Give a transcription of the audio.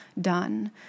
done